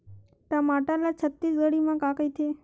टमाटर ला छत्तीसगढ़ी मा का कइथे?